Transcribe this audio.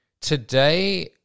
Today